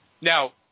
Now